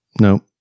no